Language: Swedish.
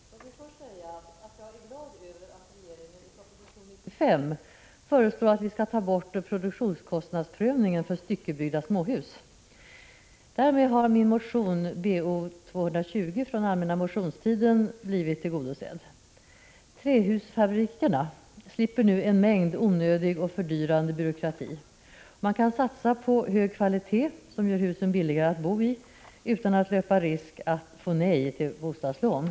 Herr talman! Låt mig först säga att jag är glad över att regeringen i proposition 95 föreslår att vi skall ta bort produktionskostnadsprövningen för styckebyggda småhus. Därmed har min motion Bo220 från allmänna motionstiden blivit tillgodosedd. Trähusfabrikerna slipper nu en mängd onödig och fördyrande byråkrati. Man kan satsa på hög kvalitet, som gör husen billigare att bo i, utan att löpa risk att få nej till bostadslån.